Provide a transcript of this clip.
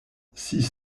six